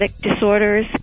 disorders